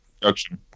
production